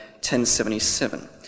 1077